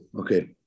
okay